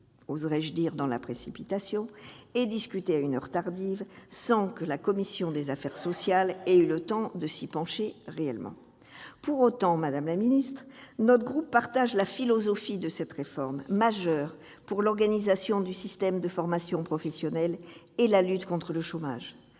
oserai-je dire, dans la précipitation et discuté à une heure avancée, sans que notre commission ait eu le temps de se pencher réellement sur lui. Pour autant, madame la ministre, notre groupe partage la philosophie de cette réforme majeure pour l'organisation du système de formation professionnelle et la lutte contre le chômage.